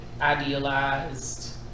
idealized